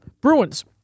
Bruins